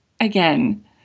again